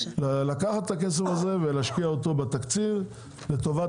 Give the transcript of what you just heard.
לקחת את הכסף הזה ולהשקיע אותו בתקציב לטובת